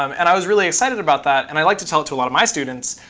um and i was really excited about that. and i like to tell it to a lot of my students,